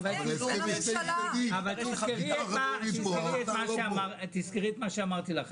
זה הסכם --- תזכרי את מה שאמרתי לך,